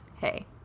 hey